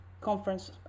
conference